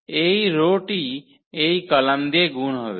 এই রোটি এই কলাম দিয়ে গুণ হবে